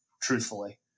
truthfully